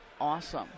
Awesome